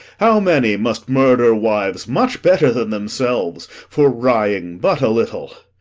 how many must murder wives much better than themselves for wrying but a little!